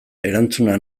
erantzuna